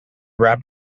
rap